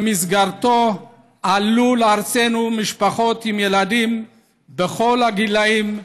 ובמסגרתו עלו לארצנו משפחות עם ילדים בכל הגילים,